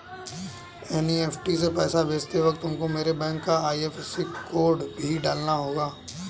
NEFT से पैसा भेजते वक्त तुमको मेरे बैंक का आई.एफ.एस.सी कोड भी डालना होगा